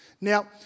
Now